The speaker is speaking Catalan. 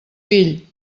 fill